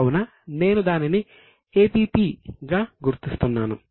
కావున నేను దానిని APP గా గుర్తిస్తున్నాను